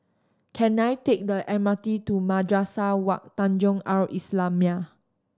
can I take the M R T to Madrasah Wak Tanjong Al Islamiah